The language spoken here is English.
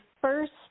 first